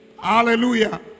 Hallelujah